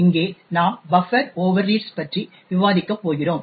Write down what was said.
இங்கே நாம் buffer overreads பற்றி விவாதிக்கப் போகிறோம்